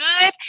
good